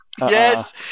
Yes